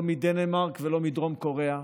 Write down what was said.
לא מדנמרק ולא מדרום קוריאה.